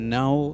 now